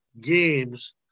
games